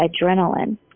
adrenaline